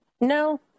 No